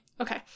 Okay